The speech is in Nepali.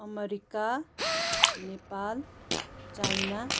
America Nepal China